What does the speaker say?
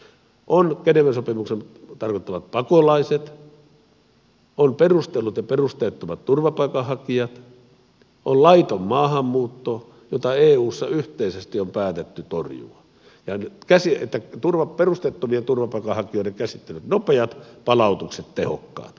on geneven sopimuksen tarkoittamat pakolaiset on perustellut ja perusteettomat turvapaikanhakijat on laiton maahanmuutto jota eussa yhteisesti on päätetty torjua perusteettomien turvapaikanhakijoiden käsittelyt nopeat palautukset tehokkaat